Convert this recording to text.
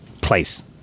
place